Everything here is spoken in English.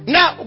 Now